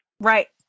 Right